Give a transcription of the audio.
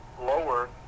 lower